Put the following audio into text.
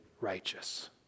righteous